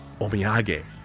omiyage